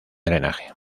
drenaje